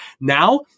Now